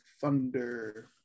Thunder